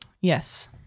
Yes